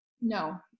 no